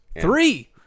Three